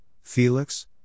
Felix